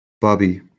Bobby